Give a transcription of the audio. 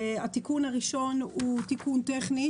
התיקון הראשון הוא טכני,